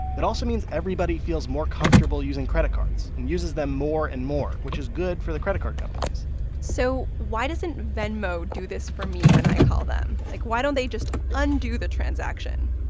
it also means everybody feels more comfortable using credit cards and uses them more and more, which is good for the credit card companies so why doesn't venmo do this for me when i call them? like, why don't they just undo the transaction?